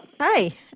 Hi